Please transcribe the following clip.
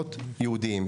בחשבונות ייעודיים,